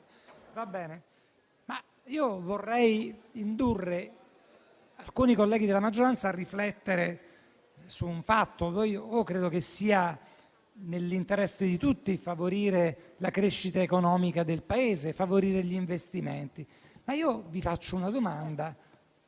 va bene. Vorrei indurre alcuni colleghi della maggioranza a riflettere su un fatto. Credo che sia nell'interesse di tutti favorire la crescita economica del Paese e favorire gli investimenti. Vi faccio allora una domanda: